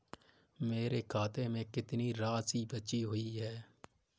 मेरे खाते में कितनी राशि बची हुई है?